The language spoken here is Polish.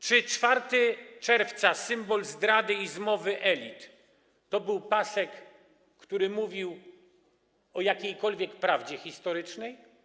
Czy: 4 czerwca, symbol zdrady i zmowy elit - to był pasek, który mówił o jakiejkolwiek prawdzie historycznej?